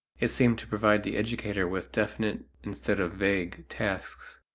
it seemed to provide the educator with definite, instead of vague, tasks.